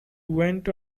went